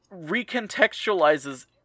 recontextualizes